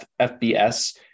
FBS